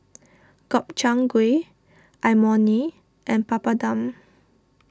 Gobchang Gui Imoni and Papadum